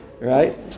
right